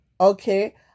okay